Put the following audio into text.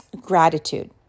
gratitude